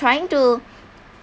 trying to